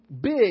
big